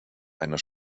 einer